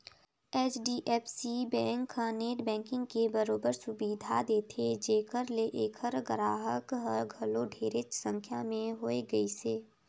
HDFC bank हर net banking के बरोबर सुबिधा देथे जेखर ले ऐखर गराहक हर घलो ढेरेच संख्या में होए गइसे